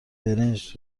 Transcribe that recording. برنج